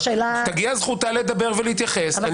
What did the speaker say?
תגיע זכותה לדבר ולהתייחס.